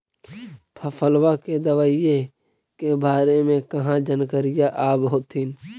फसलबा के दबायें के बारे मे कहा जानकारीया आब होतीन?